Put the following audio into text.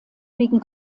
wegen